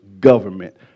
government